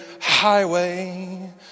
highway